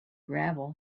gravel